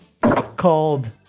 called